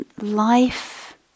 life